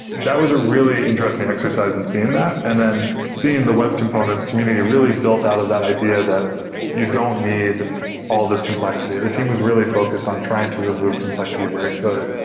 that was a really interesting exercise in seeing that, and then seeing the web components community really built out of that idea that you don't need all this complexity. the team was really focused on trying to remove complexity where it could.